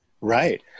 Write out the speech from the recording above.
right